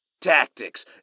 Tactics